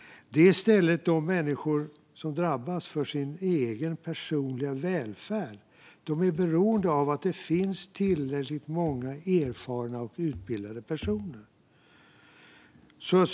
De som främst blir lidande är i stället de människor vars egen personliga välfärd drabbas och som är beroende av att det finns tillräckligt många erfarna och utbildade personer.